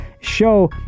show